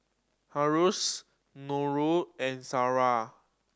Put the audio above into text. Harris Nurul and Sarah